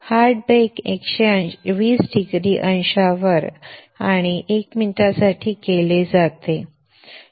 hard bake 120 अंशांवर आणि 1 मिनिटासाठी केले जाते